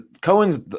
Cohen's